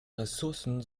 ressourcen